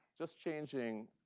just changing